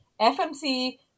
fmc